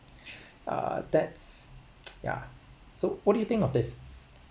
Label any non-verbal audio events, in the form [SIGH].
uh that's [NOISE] yeah so what do you think of this